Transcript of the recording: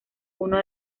uno